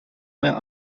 mehr